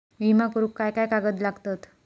विमा करुक काय काय कागद लागतत?